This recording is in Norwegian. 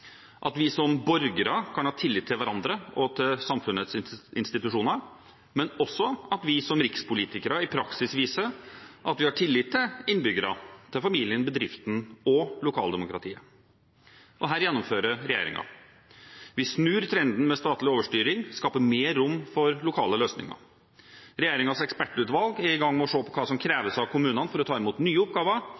at vi som borgere kan ha tillit til hverandre og til samfunnets institusjoner, men også at vi som rikspolitikere i praksis viser at vi har tillit til innbyggerne, til familien, bedriften og lokaldemokratiet. Her gjennomfører regjeringen. Vi snur trenden med statlig overstyring og skaper mer rom for lokale løsninger. Regjeringens ekspertutvalg er i gang med å se på hva som kreves av kommunene for å ta imot nye oppgaver.